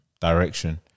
direction